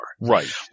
Right